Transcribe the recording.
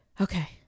Okay